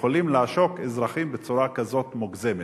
יכולים לעשוק אזרחים בצורה כזאת מוגזמת.